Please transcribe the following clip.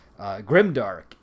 grimdark